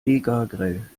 megagrell